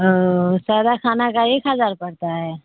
سادہ کھانا کا ایک ہزار پڑتا ہے